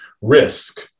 risk